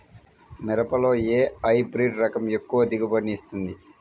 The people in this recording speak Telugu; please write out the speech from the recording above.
మిరపలో ఏ హైబ్రిడ్ రకం ఎక్కువ దిగుబడిని ఇస్తుంది?